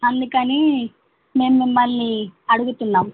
అందుకని మేము మిమ్మల్ని అడుగుతున్నాం